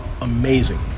amazing